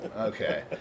Okay